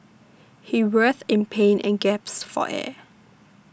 he writhed in pain and gasped for air